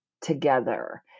together